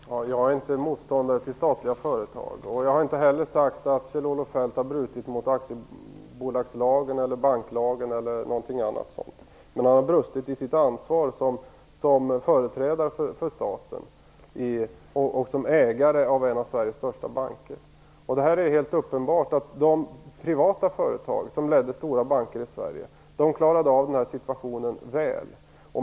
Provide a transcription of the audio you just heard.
Fru talman! Jag är inte motståndare till statliga företag. Jag har inte heller sagt att Kjell-Olof Feldt har brutit mot aktiebolagslagen, banklagen eller något annat. Men han har brustit i sitt ansvar som företrädare för staten och som ägare av en av Sveriges största banker. Det är helt uppenbart att de privata företag som ledde stora banker i Sverige klarade av situationen väl.